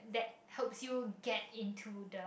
that helps you get into the